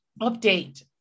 update